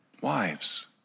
Wives